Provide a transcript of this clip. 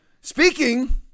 Speaking